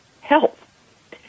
health